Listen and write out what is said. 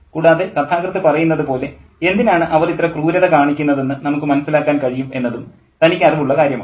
കൂടാതെ കഥാകൃത്ത് പറയുന്നത് പോലെ എന്തിനാണ് അവർ ഇത്ര ക്രൂരത കാണിക്കുന്നതെന്ന് നമുക്ക് മനസ്സിലാക്കാൻ കഴിയും എന്നതും തനിക്ക് അറിവുള്ള കാര്യമാണ്